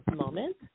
moment